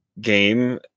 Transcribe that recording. game